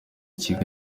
kigali